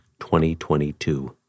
2022